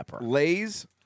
Lay's